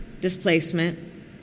displacement